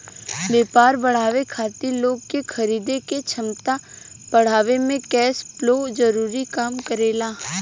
व्यापार बढ़ावे खातिर लोग के खरीदे के क्षमता बढ़ावे में कैश फ्लो जरूरी काम करेला